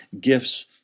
gifts